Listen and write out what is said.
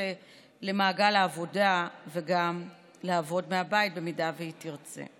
למעגל העבודה וגם לעבוד מהבית במידה שהיא תרצה?